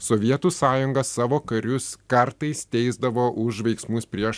sovietų sąjunga savo karius kartais teisdavo už veiksmus prieš